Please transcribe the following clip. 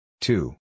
two